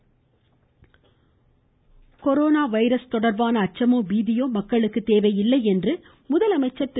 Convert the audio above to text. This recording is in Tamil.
சட்டப் பேரவை கொரோனா வைரஸ் தொடர்பான அச்சமோ பீதியோ மக்களுக்கு தேவையில்லை என்று முதலமைச்சர் திரு